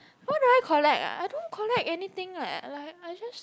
what do I collect ah I don't collect anything leh like I just